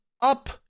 up